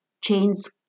Chains